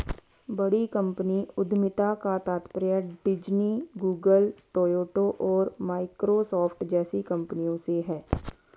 बड़ी कंपनी उद्यमिता का तात्पर्य डिज्नी, गूगल, टोयोटा और माइक्रोसॉफ्ट जैसी कंपनियों से है